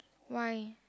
why